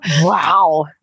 Wow